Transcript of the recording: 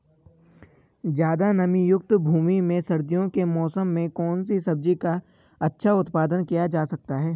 ज़्यादा नमीयुक्त भूमि में सर्दियों के मौसम में कौन सी सब्जी का अच्छा उत्पादन किया जा सकता है?